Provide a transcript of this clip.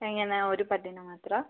എങ്ങനെയാണ് ഒരു പല്ലിന് മാത്രമാണോ